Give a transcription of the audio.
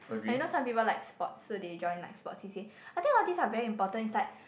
and you know some people like sports so they join like sport C_C_A I think all these are very important is like